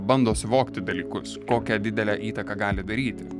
bando suvokti dalykus kokią didelę įtaką gali daryti